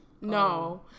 No